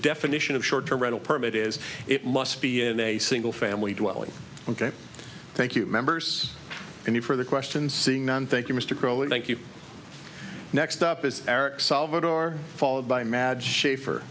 definition of short term rental permit is it must be in a single family dwelling ok thank you members and you for the question seeing none thank you mr crow and like you next up is eric salvator followed by mad shafer